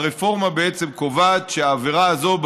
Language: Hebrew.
הרפורמה בעצם קובעת שהעבירה הזאת,